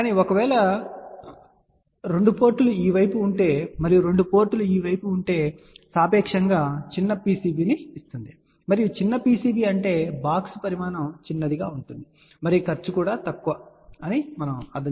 కానీ ఒకవేళ 2 పోర్టులు ఈ వైపు ఉంటే మరియు 2 పోర్టులు ఈ వైపు ఉంటే సాపేక్షంగా చిన్న PCB ని ఇస్తుంది మరియు చిన్న PCB అంటే బాక్స్ పరిమాణం చిన్నదిగా ఉంటుంది మరియు ఖర్చు కూడా తక్కువ అని అర్థం